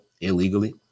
illegally